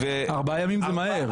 ארבעה ימים, זה מהר.